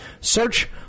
search